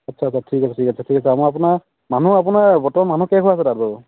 আচ্ছা আচ্ছা ঠিক আছে ঠিক আছে ঠিক আছে আমাৰ আপোনাৰ মানুহ আপোনাৰ বৰ্তমান মানুহ কেইঘৰ আছে তাত বাৰু